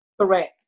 Correct